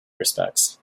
respects